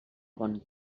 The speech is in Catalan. bon